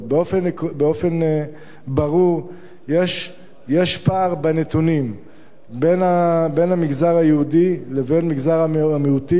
באופן ברור יש פער בנתונים בין המגזר היהודי לבין מגזר המיעוטים,